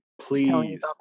please